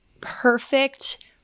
perfect